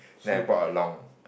then I bought a long